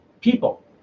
people